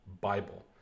Bible